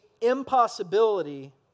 impossibility